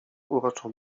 uroczą